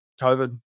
COVID